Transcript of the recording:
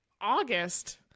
August